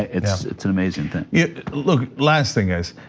it's it's an amazing thing. it look last thing, guys.